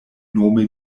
nome